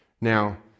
Now